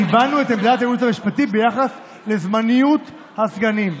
קיבלנו את עמדת הייעוץ המשפטי ביחס לזמניות הסגנים,